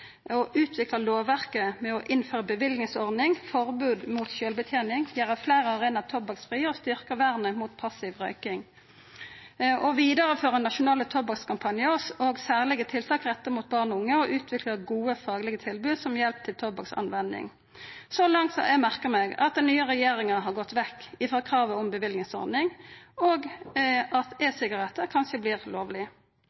innføra ei bevillingsordning, forbod mot sjølvbetjening, å gjera fleire arenaer tobakksfrie, å styrkja vernet mot passiv røyking, å vidareføra nasjonale tobakkskampanjar, særleg tiltak retta mot barn og unge, og å utvikla gode faglege tilbod som hjelp til tobakksavvenning. Så langt har eg merka meg at den nye regjeringa har gått vekk frå kravet om ei bevillingsordning, og at